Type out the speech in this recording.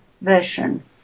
version